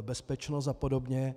bezpečnost apod.